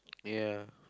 ya